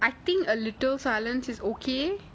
I think a little silence is okay